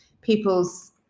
people's